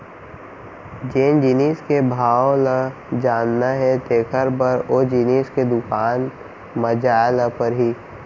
जेन जिनिस के भाव ल जानना हे तेकर बर ओ जिनिस के दुकान म जाय ल परही